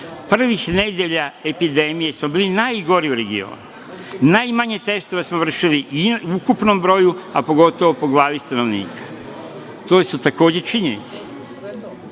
Prvih nedelja epidemije smo bili najgori u regionu. Najmanje testova smo vršili, i u ukupnom broju, a pogotovo po glavi stanovnika. To su takođe činjenice.